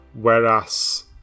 whereas